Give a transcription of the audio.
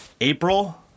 April